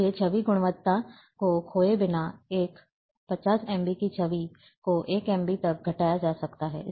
इसलिए छवि गुणवत्ता को खोए बिना एक 50 एमबी की छवि को 1 एमबी तक घटाया जा सकता है